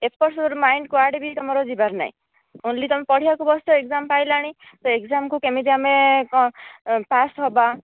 ଏପଟେ ସେପଟ ମାଇଣ୍ଡ କୁଆଡ଼େ ବି ତୁମର ଯିବାର ନାହିଁ ଓଂଲି ତମେ ପଢ଼ିବାକୁ ବସିଛ ଏକଜାମ ପାଇଲନି ତ ଏକଜାମ କୁ କେମିତି ଆମେ କ ପାସ ହେବା